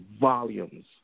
volumes